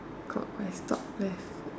clockwise top left